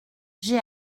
j’ai